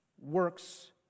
works